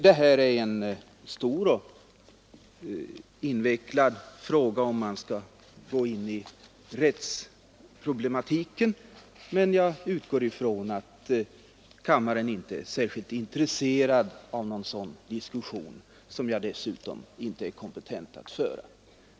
Gruvlagen är en invecklad fråga, om man skall gå in på rättsproblematiken, men jag utgår från att kammaren inte är särskilt intresserad av någon sådan diskussion, som jag dessutom är föga kompetent att föra.